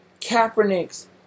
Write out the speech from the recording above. Kaepernick's